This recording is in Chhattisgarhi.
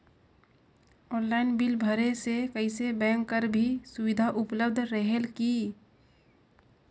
ऑनलाइन बिल भरे से कइसे बैंक कर भी सुविधा उपलब्ध रेहेल की?